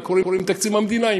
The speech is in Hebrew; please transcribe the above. מה קורה עם תקציב המדינה?